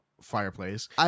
fireplace